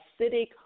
acidic